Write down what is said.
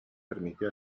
permitió